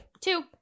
Two